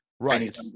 Right